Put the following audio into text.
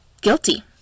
guilty